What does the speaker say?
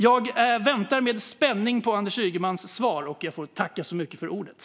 Jag tackar för ordet och väntar med spänning på Anders Ygemans svar.